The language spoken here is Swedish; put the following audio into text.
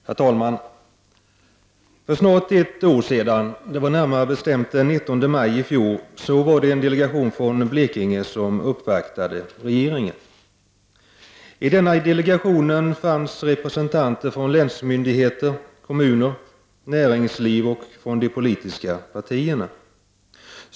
Herr talman! För snart ett år sedan, närmare bestämt den 19 maj i fjol, uppvaktade en delegation från Blekinge regeringen. I denna delegation fanns representanter från länsmyndigheter, kommuner, näringsliv och de politiska partierna.